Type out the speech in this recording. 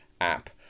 app